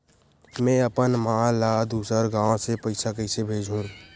में अपन मा ला दुसर गांव से पईसा कइसे भेजहु?